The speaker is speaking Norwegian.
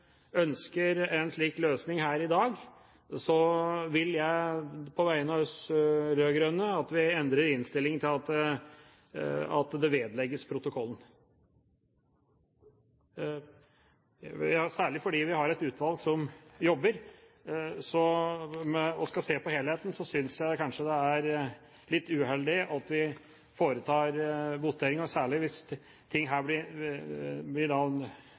ønsker en slik løsning her i dag, så ønsker jeg på vegne av oss rød-grønne at man endrer innstillingen til at forslaget til vedtak vedlegges protokollen. Særlig fordi vi har et utvalg som jobber og skal se på helheten, synes jeg det er litt uheldig at vi foretar en votering og forslaget her blir